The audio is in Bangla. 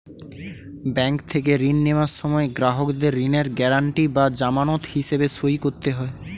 ব্যাংক থেকে ঋণ নেওয়ার সময় গ্রাহকদের ঋণের গ্যারান্টি বা জামানত হিসেবে সই করতে হয়